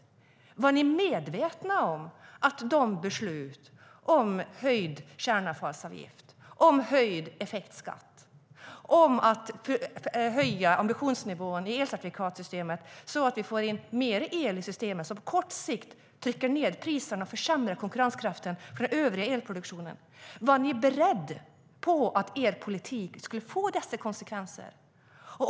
Var ni medvetna om konsekvenserna av besluten om höjd kärnavfallsavgift, höjd effektskatt och höjd ambitionsnivå i elcertifikatssystemet, så att vi får in mer el i systemet som på kort sikt trycker ned priserna och försämrar konkurrenskraften för den övriga elproduktionen? Var ni beredda på att er politik skulle få dessa konsekvenser?